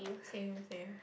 same same